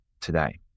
today